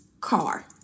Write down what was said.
car